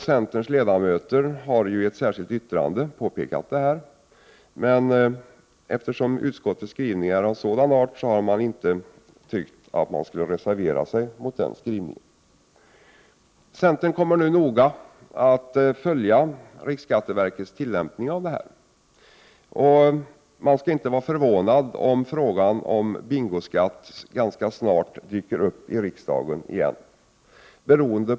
Centerns ledamöter har i ett särskilt yttrande påpekat detta, men eftersom utskottsskrivningen är av sådan art har vi inte tyckt att vi skulle reservera oss mot skrivningen. Centern kommer nu att noga följa riksskatteverkets tillämpning. Man skall nog inte bli förvånad om frågan om bingoskatt ganska snart dyker upp i riksdagen igen.